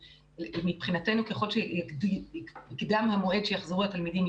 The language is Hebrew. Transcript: מבחינתנו ככל שיקדם המועד שיחזרו התלמידים,